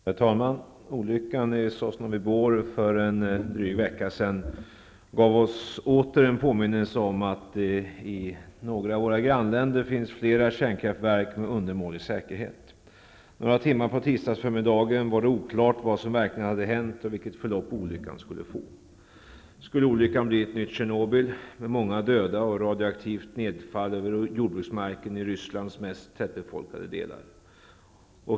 Herr talman! Olyckan i Sosnovyj Bor för en dryg vecka sedan gav oss åter en påminnelse om att det i några av våra grannländer finns flera kärnkraftverk med undermålig säkerhet. Några timmar på tisdagsförmiddagen var det oklart vad som verkligen hade hänt och vilket förlopp olyckan skulle få. Skulle olyckan bli ett nytt Tjernobyl med många döda och radioaktivt nedfall över jordbruksmarken i Rysslands mest tättbefolkade delar?